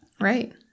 Right